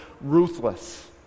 ruthless